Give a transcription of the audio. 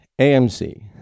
AMC